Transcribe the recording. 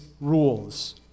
rules